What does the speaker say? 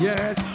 Yes